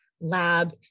lab